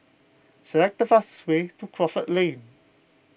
select the fastest way to Crawford Lane